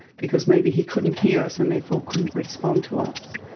because maybe he couldn't hear us and therefore couldn't respond to us.